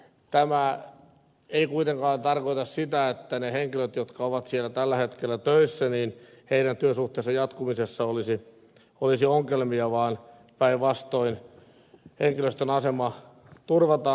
tämä ei kuitenkaan tarkoita sitä että niiden henkilöiden jotka ovat siellä tällä hetkellä töissä työsuhteen jatkumisessa olisi ongelmia vaan päinvastoin henkilöstön asema turvataan